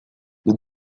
the